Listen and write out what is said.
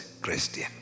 Christian